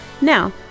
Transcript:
Now